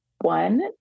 one